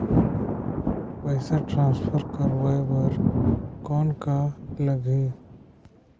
पइसा ट्रांसफर करवाय बर कौन का लगही?